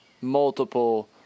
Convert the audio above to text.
multiple